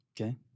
Okay